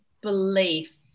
belief